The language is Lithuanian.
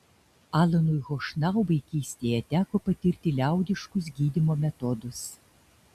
alanui chošnau vaikystėje teko patirti liaudiškus gydymo metodus